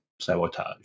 Sabotage